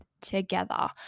together